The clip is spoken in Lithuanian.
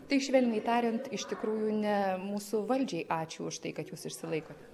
tai švelniai tariant iš tikrųjų ne mūsų valdžiai ačiū už tai kad jos išsilaikote